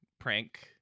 prank